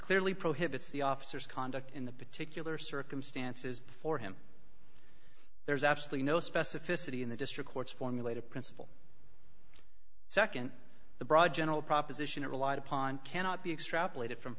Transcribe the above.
clearly prohibits the officers conduct in the particular circumstances before him there's absolutely no specificity in the district courts formulate a principle nd the broad general proposition it relied upon cannot be extrapolated from